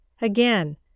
Again